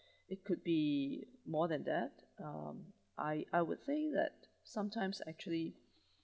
it could be more than that um I I would say that sometimes actually